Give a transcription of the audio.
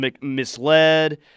misled